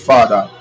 Father